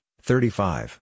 thirty-five